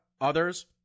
others